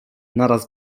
naraz